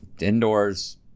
indoors